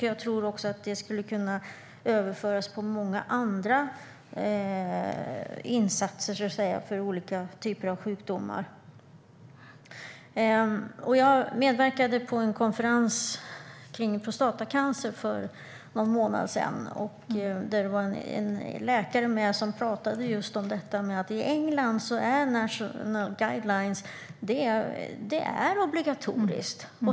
Jag tror också att det skulle kunna överföras på många andra insatser för olika typer av sjukdomar. Jag medverkade på en konferens om prostatacancer för någon månad sedan. Där var en läkare med som talade just om att i England är national guidelines obligatoriskt.